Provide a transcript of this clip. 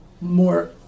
more